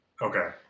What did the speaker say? Okay